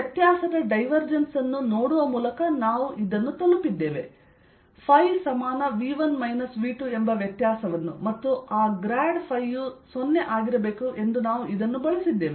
ವ್ಯತ್ಯಾಸದ ಡೈವೆರ್ಜೆನ್ಸ್ ಅನ್ನು ನೋಡುವ ಮೂಲಕ ನಾವು ಇದನ್ನು ತಲುಪಿದ್ದೇವೆ ϕV1 V2 ಎಂಬ ವ್ಯತ್ಯಾಸವನ್ನು ಮತ್ತು ಆ ಗ್ರಾಡ್ ಯು 0 ಆಗಿರಬೇಕು ಎಂದು ನಾವು ಇದನ್ನು ಬಳಸಿದ್ದೇವೆ